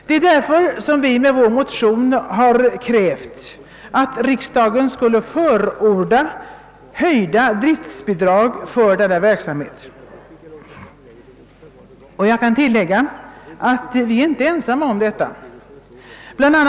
Det är därför som vi i vår motion krävt att riksdagen skulle förorda höjda driftbidrag för denna verksamhet. Jag kan tillägga att vi inte är ensamma om ett sådant förslag. Bl.